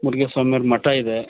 ಮುರುಘ ಸ್ವಾಮೇರ ಮಠ ಇದೆ